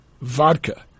vodka